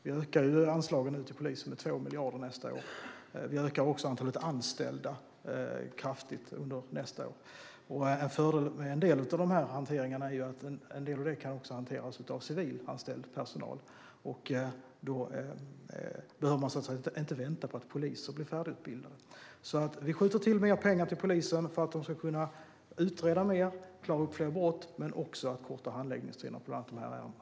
Vi ökar anslagen till polisen med 2 miljarder nästa år. Vi ökar också antalet anställda kraftigt nästa år. Fördelen med en del av denna hantering är att den kan hanteras av civilanställd personal. Då behöver man inte vänta på att poliser blir färdigutbildade. Vi skjuter som sagt till mer pengar till polisen för att den ska kunna utreda mer, klara upp fler brott men också korta handläggningstiderna för bland annat dessa ärenden.